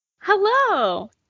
Hello